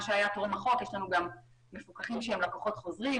שי גם מפוקחים שהם לקוחות חוזרים,